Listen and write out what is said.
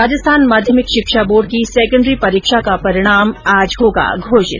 राजस्थान माध्यमिक शिक्षा बोर्ड की सैकेण्डरी परीक्षा का परिणाम आज होगा घोषित